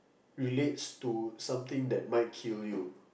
relates to something that might kill you